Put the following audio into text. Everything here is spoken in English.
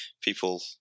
people